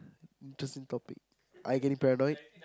just a topic are you getting paranoid